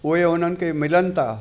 उहे उन्हनि खे मिलनि था